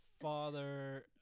father